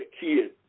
kids